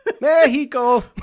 Mexico